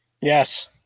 Yes